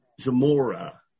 Zamora